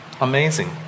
Amazing